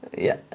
yeah